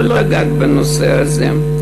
לא לגעת בנושא הזה.